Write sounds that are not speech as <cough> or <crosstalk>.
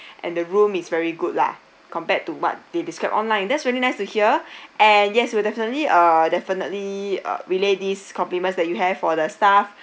and the room is very good lah compared to what they described online that's really nice to hear <breath> and yes we definitely uh definitely uh relay these compliments that you have for the staff <breath>